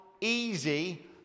easy